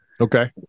Okay